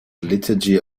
liturgy